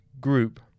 group